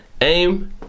AIM